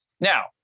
now